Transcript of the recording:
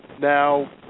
Now